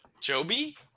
Joby